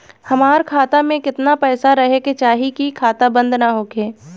हमार खाता मे केतना पैसा रहे के चाहीं की खाता बंद ना होखे?